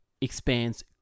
expands